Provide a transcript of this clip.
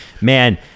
Man